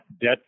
debt